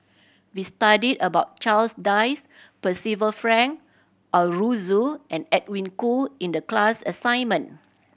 we studied about Charles Dyce Percival Frank Aroozoo and Edwin Koo in the class assignment